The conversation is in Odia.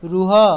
ରୁହ